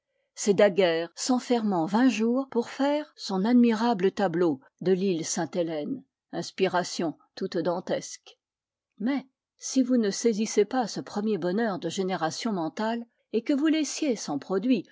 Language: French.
c'est daguerre s'enfermant vingt jours pour faire son admirable tableau de l'île sainte-hélène inspiration toute dantesque mais si vous ne saisissez pas ce premier bonheur de génération mentale et que vous laissiez sans produit